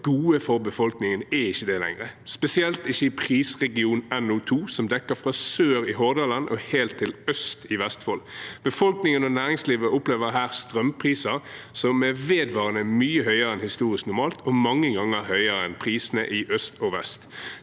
gode for befolkningen, er ikke det lenger, spesielt ikke i prisregion NO2, som dekker fra sør i Hordaland og helt til øst i Vestfold. Befolkningen og næringslivet opplever her strømpriser som er vedvarende mye høyere enn historisk normalt, og mange ganger høyere enn prisene i øst og vest.